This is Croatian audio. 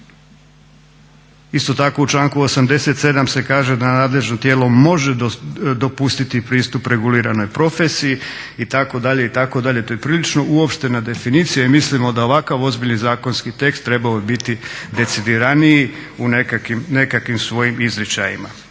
Isto tako u članku 87.se kaže da nadležno tijelo može dopustiti pristup reguliranoj profesiji itd. itd. To je prilično sveobuhvatna definicija i mislimo da ovakav ozbiljni zakonski tekst trebao bi biti decidiraniji u nekakvim svojim izričajima.